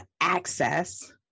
access